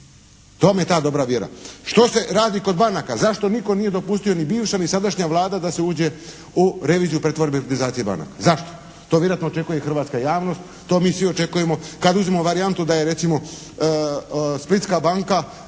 vam je ta dobra vjera. Što se radi kod banaka? Zašto nitko nije dopustio ni bivša, ni sadašnja Vlada da se uđe u reviziju pretvorbe i privatizacije banaka. Zašto? To vjerojatno očekuje i hrvatska javnost, to mi svi očekujemo. Kad uzmemo varijantu da je recimo Splitska banka